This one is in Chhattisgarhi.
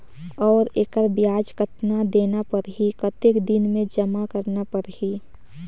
और एकर ब्याज कतना देना परही कतेक दिन मे जमा करना परही??